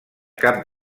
cap